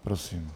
Prosím.